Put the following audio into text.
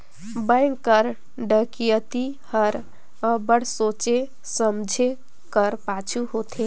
bank कर डकइती हर अब्बड़ सोंचे समुझे कर पाछू होथे